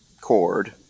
cord